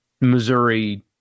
Missouri